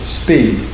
speed